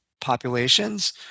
populations